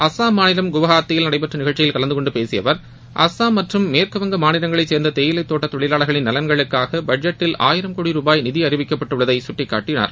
அசாம் மாநிலம் குவகாத்தியில் நடைபெற்ற நிகழ்ச்சியில் கலந்து கொண்டு பேசிய அவர் அசாம் மற்றம் மேற்கு வங்க மாநிலங்களை சேர்ந்த தேயிலை தோட்ட தொழிலாளர்களின் நலன்களுக்காக பட்ஜெட்டில் ஆயிரம் கோடி ரூபாய் நிதி அறிவிக்கப்பட்டுள்ளதை சுட்டிக்காட்டினார்